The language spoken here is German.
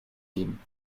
geben